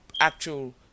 actual